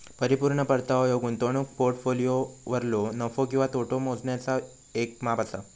परिपूर्ण परतावो ह्यो गुंतवणूक पोर्टफोलिओवरलो नफो किंवा तोटो मोजण्याचा येक माप असा